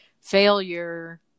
failure